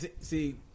see